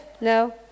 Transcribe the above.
no